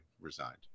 resigned